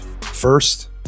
First